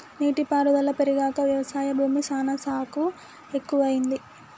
నీటి పారుదల పెరిగాక వ్యవసాయ భూమి సానా సాగు ఎక్కువైంది